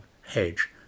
hedge